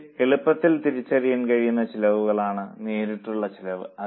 നമുക്ക് എളുപ്പത്തിൽ തിരിച്ചറിയാൻ കഴിയുന്ന ചെലവുകളാണ് നേരിട്ടുള്ള ചെലവ്